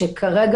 שכרגע,